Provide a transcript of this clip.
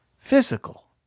physical